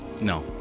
No